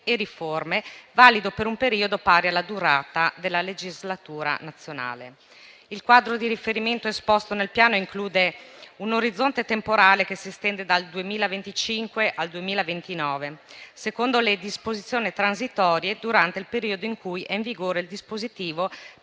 e riforme ed è valido per un periodo pari alla durata della legislatura nazionale. Il quadro di riferimento esposto nel Piano include un orizzonte temporale che si estende dal 2025 al 2029. Secondo le disposizioni transitorie, durante il periodo in cui è in vigore il dispositivo per